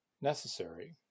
necessary